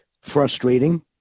frustrating